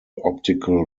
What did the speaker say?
optical